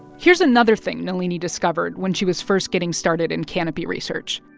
here's another thing nalini discovered when she was first getting started in canopy research.